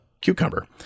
cucumber